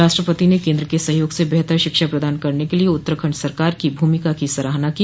राष्ट्रपति ने केन्द्र के सहयोग से बेहतर शिक्षा प्रदान करने के लिए उत्तराखंड सरकार की भूमिका की सराहना की